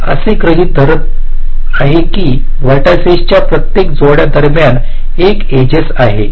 मी असे गृहीत धरत आहे की व्हर्टिसिस च्या प्रत्येक जोडी दरम्यान एक एजेस आहे